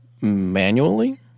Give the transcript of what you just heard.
manually